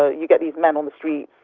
ah you get these men on the streets,